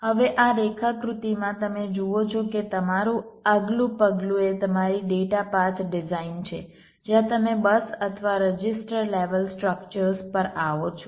હવે આ રેખાકૃતિમાં તમે જુઓ છો કે તમારું આગલું પગલું એ તમારી ડેટા પાથ ડિઝાઇન છે જ્યાં તમે બસ અથવા રજિસ્ટર લેવલ સ્ટ્રક્ચર્સ પર આવો છો